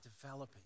developing